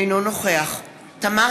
אינו נוכח תמר